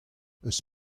eus